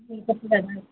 చెప్తాను